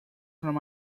from